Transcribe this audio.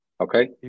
Okay